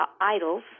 idols